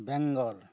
Bengal